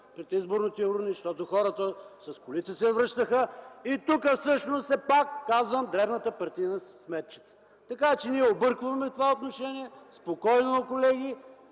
пред изборните урни, защото хората с колите се връщаха и тук всъщност е пак дребната партийна сметчица. Ние объркваме това отношение. Спокойно, колеги,